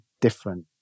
different